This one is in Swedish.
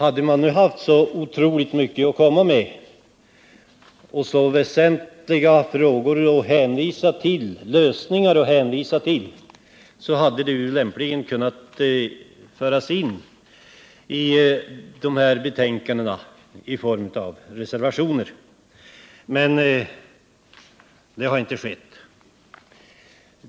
Om man nu har så otroligt mycket att komma med och så väsentliga lösningar att föreslå, borde detta lämpligen ha fått formen av reservationer till dessa betänkanden. Men det har inte skett.